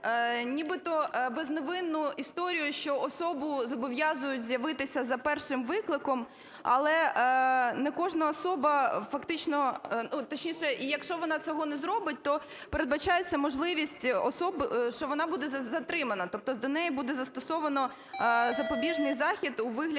нібито безневинну історію, що особу зобов'язують з'явитися за першим викликом, але не кожна особа фактично, точніше, якщо вона цього не зробить, то передбачається можливість особи, що вона буде затримана. Тобто до неї буде застосовано запобіжний захід у вигляді,